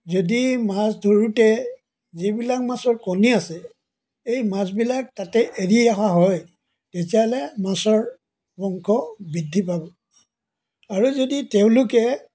যদি মাছ ধৰোঁতে যিবিলাক মাছৰ কণী আছে এই মাছবিলাক তাতে এৰি অহা হয় তেতিয়াহ'লে মাছৰ বংশ বৃদ্ধি পাব আৰু যদি তেওঁলোকে